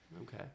Okay